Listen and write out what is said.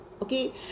Okay